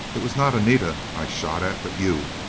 it was not anita i shot at, but you!